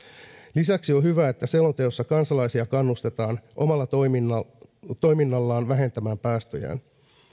lisäksi on hyvä että selonteossa kansalaisia kannustetaan omalla toiminnallaan vähentämään päästöjään